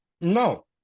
No